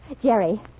Jerry